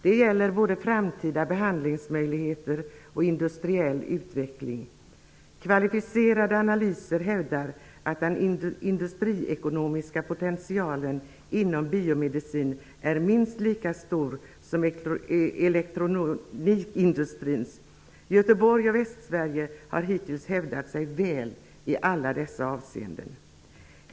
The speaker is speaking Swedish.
Det gäller både framtida behandlingsmöjligheter och industriell utveckling. Kvalificerade analyser hävdar att den industriekonomiska potentialen inom biomedicin är minst lika stor som elektronikindustrins. Göteborg och Västsverige har hittills hävdat sig väl i alla dessa avseenden.